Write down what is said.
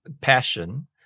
passion